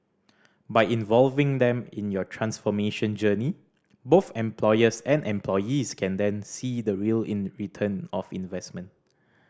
by involving them in your transformation journey both employers and employees can then see the real in return of investment